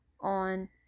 on